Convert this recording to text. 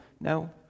No